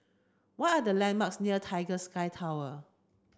why are the landmarks near Tiger Sky Tower